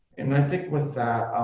and i think with